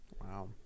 Wow